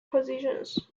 positions